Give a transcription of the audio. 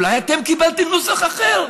אולי אתם קיבלתם נוסח אחר.